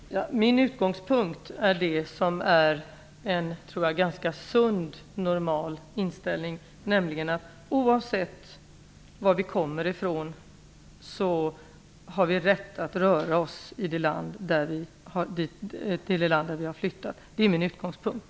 Herr talman! Min utgångspunkt är en ganska sund normal inställning, nämligen att oavsett var vi kommer ifrån har vi rätt att röra oss i det land dit vi har flyttat. Detta är min utgångspunkt.